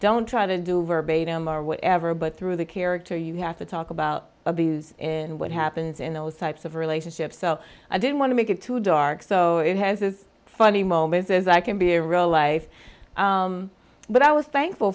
don't try to do verbatim or whatever but through the character you have to talk about abuse and what happens in those types of relationships so i didn't want to make it too dark so it has this funny moment as i can be a real life but i was thankful